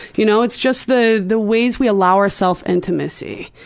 you know it's just the the ways we allow ourselves intimacy.